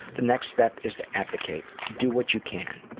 the next step is to advocate. do what you can'.